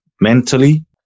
mentally